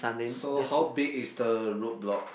so how big is the road block